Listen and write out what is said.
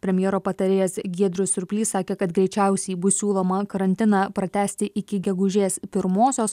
premjero patarėjas giedrius surplys sakė kad greičiausiai bus siūloma karantiną pratęsti iki gegužės pirmosios